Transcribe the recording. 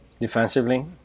defensively